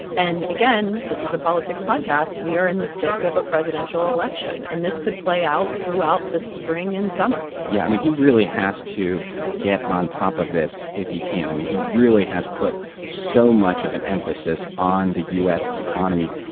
and, again, this is a politics podcast. we are in the thick of a presidential election, and this could play out throughout the spring and summer yeah, i mean, he really has to get on top of this if he can. i mean, he really has put so much of an emphasis on the u s. economy.